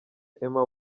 emma